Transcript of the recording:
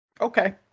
Okay